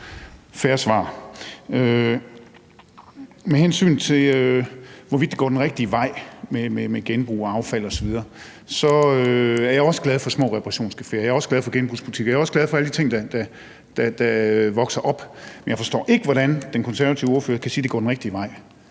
fair svar. Med hensyn til hvorvidt det går den rigtige vej med genbrug og affald osv., så er jeg også glad for små reparationercaféer; jeg er også glad for genbrugsbutikker; jeg er også glad for alle de ting, der vokser op. Men jeg forstår ikke, hvordan den konservative ordfører kan sige, at det går den rigtige vej.